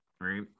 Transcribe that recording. right